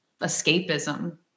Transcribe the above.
escapism